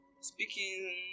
speaking